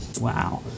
wow